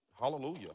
hallelujah